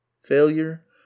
failure